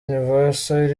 universal